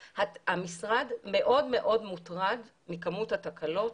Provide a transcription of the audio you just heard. תחנת הניטור הסביבתית בגדר, ובעתיד גם תחנת הניטור